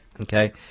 Okay